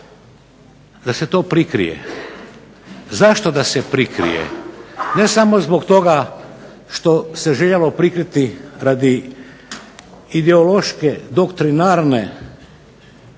da se to prikrije. Zašto da se prikrije? Ne samo zbog toga što se željelo prikriti radi ideološke doktrinarne